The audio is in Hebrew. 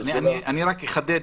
אני רק אחדד